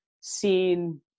seen